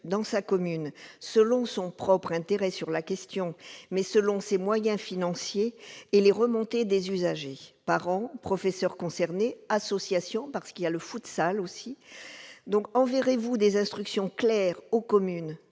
dans sa commune, selon son propre intérêt sur la question, mais aussi selon ses moyens financiers et les remontées des usagers- parents, professeurs, ou associations, de futsal, par exemple. Enverrez-vous des instructions claires aux communes,